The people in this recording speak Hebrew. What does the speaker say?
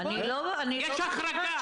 יש החרגה.